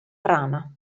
rana